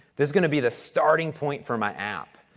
this is going to be the starting point for my app.